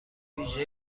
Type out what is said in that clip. ویژه